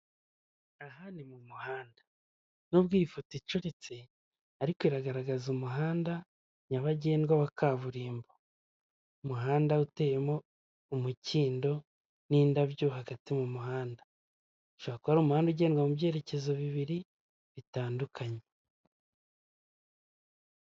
Aha ni mu muhanda. N'ubwo iyi foto icuritse, ariko iragaragaza umuhanda nyabagendwa wa kaburimbo. Umuhanda uteyemo umukindo n'indabyo hagati mu muhanda. Ushobora kuba ari umuhanda ugendwa mu byerekezo bibiri, bitandukanye.